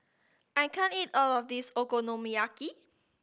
I can't eat all of this Okonomiyaki